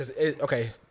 Okay